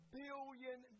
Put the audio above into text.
billion